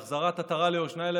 בהחזרת עטרה ליושנה,